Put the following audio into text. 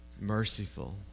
merciful